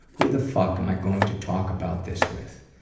who the fuck am i going to talk about this with?